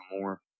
more